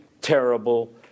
Terrible